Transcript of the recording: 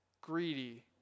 greedy